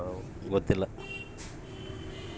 ಒಳ್ಳೆ ಮಣ್ಣಿನ ಅಭಿವೃದ್ಧಿಗೋಸ್ಕರ ಸರ್ಕಾರದ ಕಾರ್ಯಕ್ರಮಗಳು ಯಾವುವು?